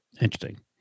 Interesting